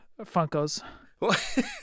Funkos